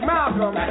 Malcolm